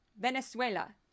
Venezuela